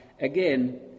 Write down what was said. again